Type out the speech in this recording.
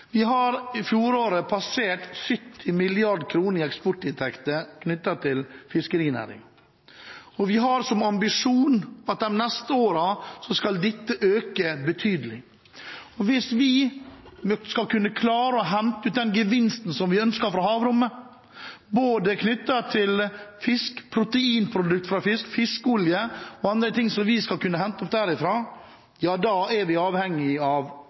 Vi passerte i fjoråret 70 mrd. kr i eksportinntekter til fiskerinæringen. Vi har som ambisjon at de neste årene skal dette øke betydelig. Hvis vi skal kunne klare å hente ut den gevinsten som vi ønsker fra havrommet, knyttet til både proteinprodukter fra fiskeolje og andre ting som vi skal kunne hente derfra, er vi avhengig av